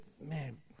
man